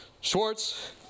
schwartz